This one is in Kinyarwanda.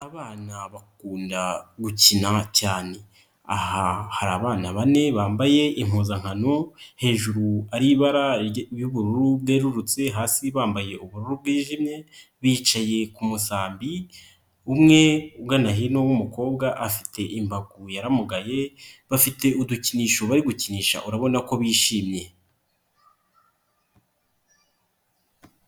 Abana bakunda gukina cyane, aha hari abana bane bambaye impuzankano hejuru ari ry'ubururu bwerurutse,a hasi bambaye ubururu bwijimye, bicaye ku musambi umwe ugana hino w'umukobwa afite imbago yaramugaye bafite udukinisho bari gukinisha urabona ko bishimye.